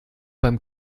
beim